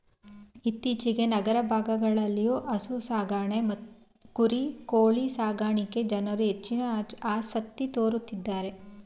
ಇತ್ತೀಚೆಗೆ ನಗರ ಭಾಗಗಳಲ್ಲಿಯೂ ಹಸು ಸಾಕಾಣೆ ಕುರಿ ಕೋಳಿ ಸಾಕಣೆಗೆ ಜನರು ಹೆಚ್ಚಿನ ಆಸಕ್ತಿ ತೋರುತ್ತಿದ್ದಾರೆ